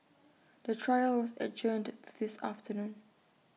the trial was adjourned to this afternoon